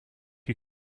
you